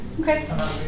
Okay